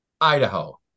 Idaho